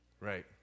right